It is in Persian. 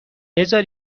بزار